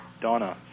Donna